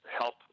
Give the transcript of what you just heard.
help